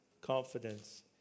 confidence